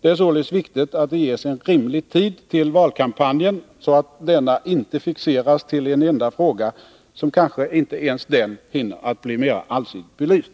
Det är således viktigt att det ges en rimlig tid till valkampanjen, så att denna inte fixeras till en enda fråga, som kanske inte ens den hinner med att bli mera allsidigt belyst.